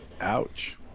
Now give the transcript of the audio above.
Ouch